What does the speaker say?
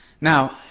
Now